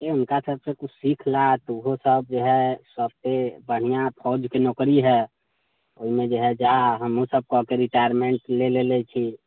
हुनका सभसँ कुछ सीख ले तोहूँसभ जे हए सभसँ बढ़िआँ फौजके नौकरी हए ओहिमे जे हए जा हमहूँसभ कऽ के रिटायरमेंट लऽ लेने छी